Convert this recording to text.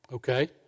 Okay